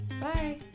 bye